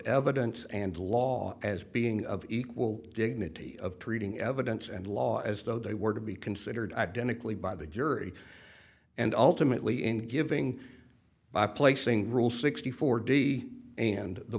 evidence and law as being of equal dignity of treating evidence and law as though they were to be considered identically by the jury and ultimately in giving by placing rule sixty four d and the